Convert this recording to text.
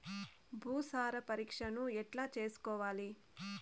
భూసార పరీక్షను ఎట్లా చేసుకోవాలి?